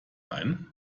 ein